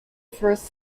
first